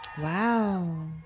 Wow